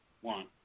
One